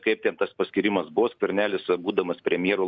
kaip ten tas paskyrimas bus skvernelis būdamas premjeru